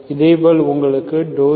இதேபோல் உங்களுக்கு∂u∂u∂α